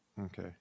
Okay